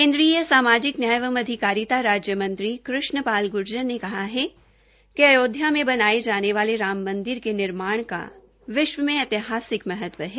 केन्द्रीरय सामाजिक न्याय एवं अधिकारिता राज्य मंत्री कृष्ण पाल ग्र्जर ने कहा है कि अयोध्या में बनाये जाने वाले राम मंदिर के निर्माण का विश्व में ऐतिहासिक महत्व है